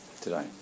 today